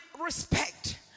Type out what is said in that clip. respect